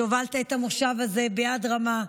שהובלת את המושב הזה ביד רמה,